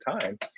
time